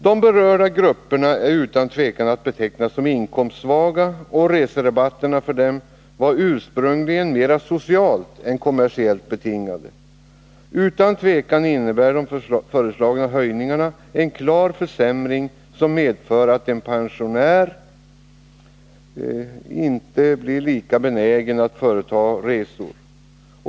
De berörda grupperna är utan tvivel att beteckna som inkomstsvaga, och reserabatterna för dem var ursprungligen mera socialt än kommersiellt betingade. Utan tvivel innebär de föreslagna höjningarna en klar försämring, som medför att en pensionär inte blir lika benägen att företa resor.